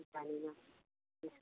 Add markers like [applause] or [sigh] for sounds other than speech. [unintelligible]